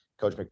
Coach